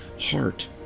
heart